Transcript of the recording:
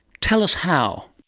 tell us how.